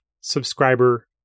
subscriber